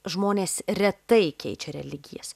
žmonės retai keičia religijas